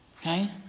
Okay